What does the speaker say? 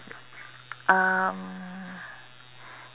um